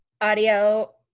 Audio